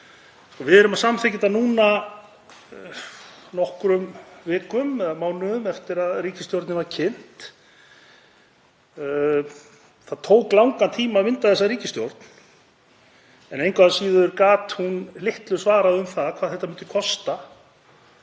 Við erum að samþykkja þetta núna nokkrum vikum eða mánuðum eftir að ríkisstjórnin var kynnt. Það tók langan tíma að mynda þessa ríkisstjórn en engu að síður gat hún litlu svarað um það hvað þetta myndi kosta